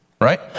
Right